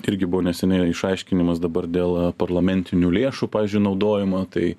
irgi buvo neseniai išaiškinimas dabar dėl parlamentinių lėšų pavyzdžiui naudojimo tai